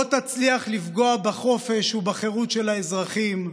לא תצליח לפגוע בחופש ובחירות של האזרחים.